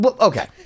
Okay